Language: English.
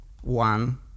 one